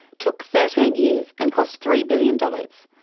took thirteen years and cost three billion dollars.